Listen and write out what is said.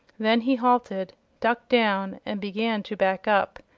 then he halted, ducked down and began to back up,